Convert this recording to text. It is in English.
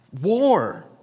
War